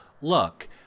look-